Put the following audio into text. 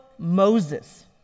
Moses